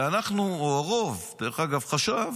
ואנחנו, הרוב, דרך אגב, חשב